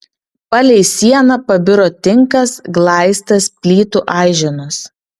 palei sieną pabiro tinkas glaistas plytų aiženos